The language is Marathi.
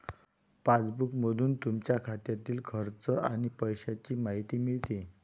पासबुकमधून तुमच्या खात्यातील खर्च आणि पैशांची माहिती मिळते